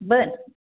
बरं